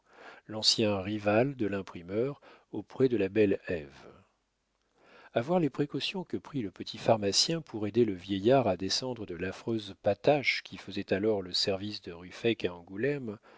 l'ancien rival de l'imprimeur auprès de la belle ève a voir les précautions que prit le petit pharmacien pour aider le vieillard à descendre de l'affreuse patache qui faisait alors le service de ruffec à angoulême